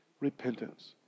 repentance